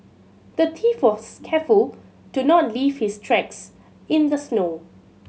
the thief was careful to not leave his tracks in the snow